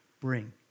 bring